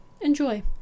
enjoy